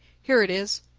here it is.